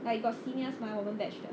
like got seniors mah 我们 batch 的